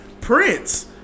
Prince